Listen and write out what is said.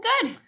good